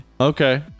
Okay